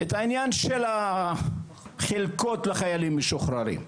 את העניין של החלקות לחיילים המשוחררים,